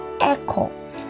echo